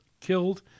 killed